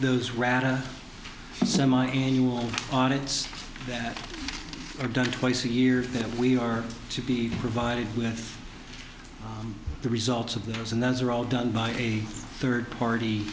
those rather semiannual audits that are done twice a year that we are to be provided with the results of those and those are all done by a third party